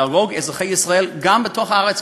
להרוג את אזרחי ישראל גם בתוך הארץ,